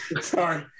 Sorry